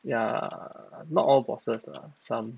ya not all bosses lah some